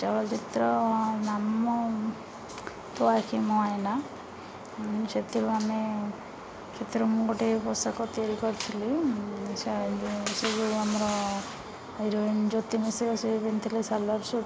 ଚଳଚ୍ଚିତ୍ର ନାମ ତୋ ଆଖି ମୁଁ ଆଇନା ସେଥିରୁ ଆମେ ସେଥିରୁ ମୁଁ ଗୋଟେ ପୋଷାକ ତିଆରି କରିଥିଲି ସେ ଯେଉଁ ଆମର ହିରୋଇନ୍ ଜ୍ୟୋତି ମିଶ୍ର ସେ ପିନ୍ଧିଥିଲେ ସାଲୱାର୍ ସୁଟ